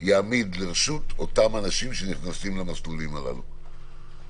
יעמיד לרשות אותם אנשים שנכנסים למסלולים הללו.